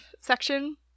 section